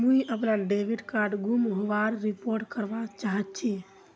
मुई अपना debit card गूम होबार रिपोर्ट करवा चहची